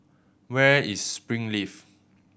where is Springleaf